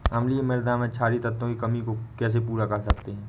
अम्लीय मृदा में क्षारीए तत्वों की कमी को कैसे पूरा कर सकते हैं?